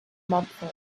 monthly